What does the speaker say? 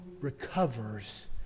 recovers